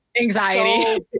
anxiety